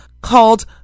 called